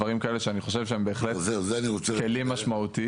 דברים כאלה שאני חושב שהם בהחלט כלים משמעותיים.